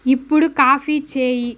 ఇప్పుడు కాఫీ చేయి